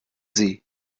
sie